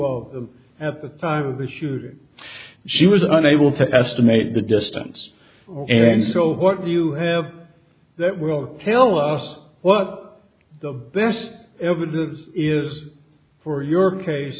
of them at the time of the shooting she was unable to estimate the distance and so what you have that will tell us what the best evidence is for your case